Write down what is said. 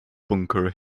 bunker